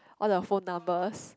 all the phone numbers